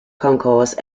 concourse